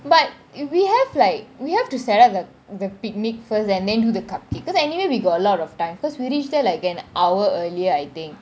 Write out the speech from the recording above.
but if we have like we have to set up the the picnic first and then do the cupcake because anyway we got a lot of time because we reach there like an hour earlier I think